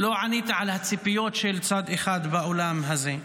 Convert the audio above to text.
לא ענית על הציפיות של צד אחד באולם הזה.